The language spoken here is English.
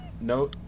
no